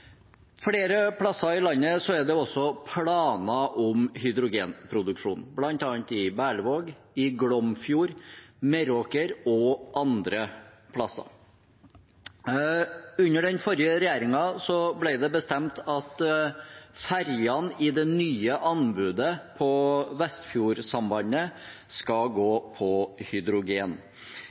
Flere plasser i landet er det også planer om hydrogenproduksjon, bl.a. i Berlevåg, i Glomfjord, Meråker og andre plasser. Under den forrige regjeringen ble det bestemt at ferjene i det nye anbudet på Vestfjord-sambandet skal gå på hydrogen.